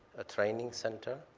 a training center.